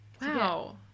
Wow